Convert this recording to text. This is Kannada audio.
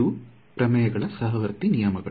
ಅದು ಪ್ರಮೇಯಗಳ ಸಹವರ್ತಿ ನಿಯಮಗಳು